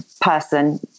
person